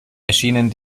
erschienen